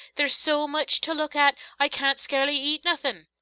there's so much to look at i can't scarcely eat nothin!